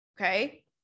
Okay